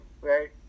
right